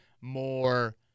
more –